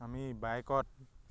আমি বাইকত